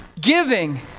Giving